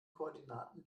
koordinaten